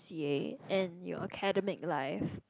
C_A and your academic life